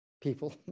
people